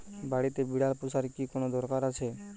বাড়িতে বিড়াল পোষার কি কোন দরকার আছে?